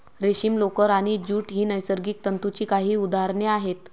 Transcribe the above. रेशीम, लोकर आणि ज्यूट ही नैसर्गिक तंतूंची काही उदाहरणे आहेत